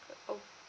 uh al~